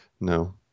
No